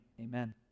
Amen